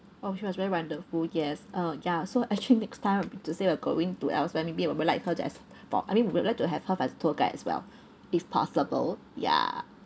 oh she was very wonderful yes uh ya so actually next time to say if we're going to elsewhere maybe we'll will like her to as for I mean would like to have her as tour guide as well if possible ya